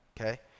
okay